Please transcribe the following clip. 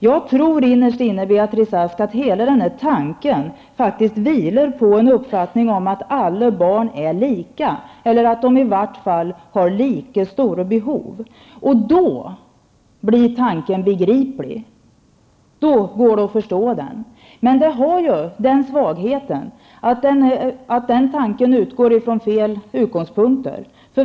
Jag tror innerst inne, Beatrice Ask, att hela tanken faktiskt vilar på en uppfattning om att alla barn är lika eller att de i vart fall har lika stora behov. Då blir tanken begriplig. Då går det att förstå den. Men den tanken har ju den svagheten att den utgår ifrån fel utgångspunkter.